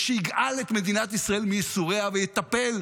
ושיגאל את מדינת ישראל מייסוריה ויטפל,